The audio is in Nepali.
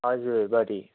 हजुर बडी